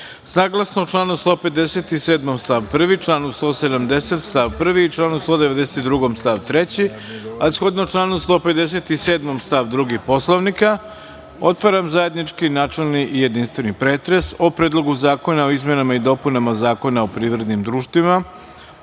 poslanika. Saglasno članu 157. stav 1, član 170. stav 1. i članu 172. stav 3, a shodno članu 157. stav 2. Poslovnika, otvaram zajednički načelni i jedinstveni pretres o: Predlogu zakona o izmenama i dopunama Zakona o privrednim društvima,